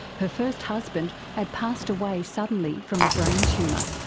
her first husband had passed away suddenly from a brain tumour,